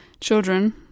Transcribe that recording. Children